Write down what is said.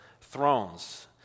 thrones